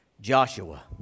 Joshua